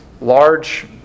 large